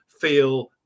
feel